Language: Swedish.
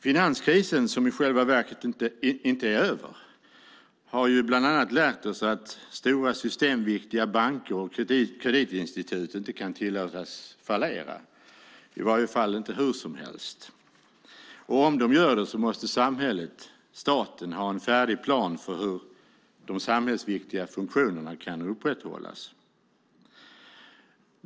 Finanskrisen, som i själva verket inte är över, har bland annat lärt oss att stora systemviktiga banker och kreditinstitut inte kan tillåtas fallera, i varje fall inte hur som helst. Om de gör det måste samhället, staten, ha en färdig plan för hur de samhällsviktiga funktionerna kan upprätthållas.